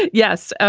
yes, ah